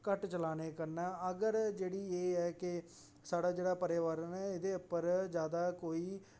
चलाने कन्नै अगर जेहड़ी एह् ऐ के साढ़ा जेहड़ा पर्यावरण एहदे उप्पर ज्यादा कोई